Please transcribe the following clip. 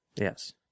yes